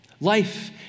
Life